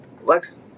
Lex